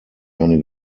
eine